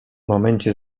momencie